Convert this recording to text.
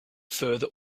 further